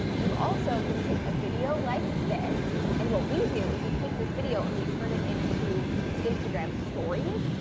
you also can take a video like this. and what we do is, we take this video and we turn it into instagram stories,